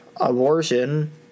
Abortion